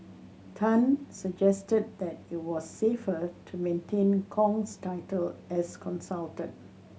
tan suggested that it was safer to maintain Kong's title as consultant